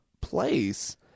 place